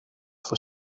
for